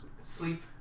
sleep